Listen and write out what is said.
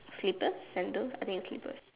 slippers sandals I think it's slippers